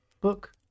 Book